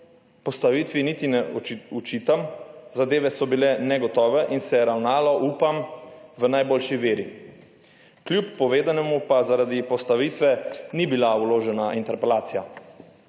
postavitvi niti ne očitam, zadeve so bile negotove in se je ravnalo, upam, v najboljši veri. Kljub povedanemu pa zaradi postavitve ni bila vložena interpelacija.